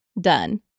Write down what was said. done